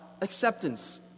acceptance